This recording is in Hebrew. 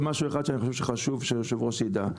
עוד משהו אחד שאני חושב שחשוב שהיו"ר ידע: